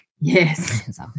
Yes